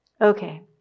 Okay